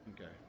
Okay